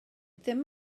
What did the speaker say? ddim